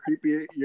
creepy